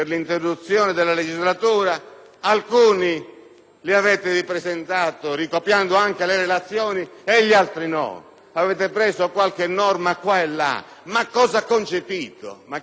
ne avete ripresentati alcuni, copiando anche le relazioni, ed altri no! Avete preso qualche norma qua e là. Ma cosa ha concepito? Chi le ha fatte credere di aver lei concepito qualcosa